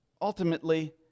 ultimately